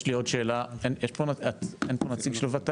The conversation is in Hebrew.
יש לי עוד שאלה, אין פה נציג של ות"ת?